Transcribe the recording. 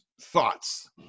thoughts